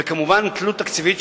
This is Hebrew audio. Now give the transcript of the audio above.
וכמובן תלות תקציבית,